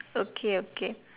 okay okay